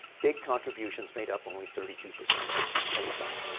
big contributions made up only thirty two percent of the campaign funds.